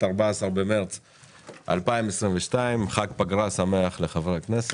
14 במרס 2022. חג פגרה שמח לחברי הכנסת.